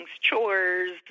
chores